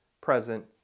present